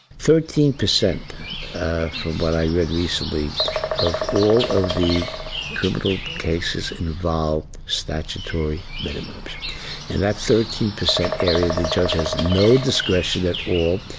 thirteen percent for what i read recently of all of the criminal cases involve statutory minimums and that thirty percent area. the judge has no discretion at all.